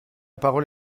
parole